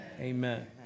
Amen